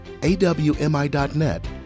awmi.net